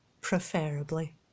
preferably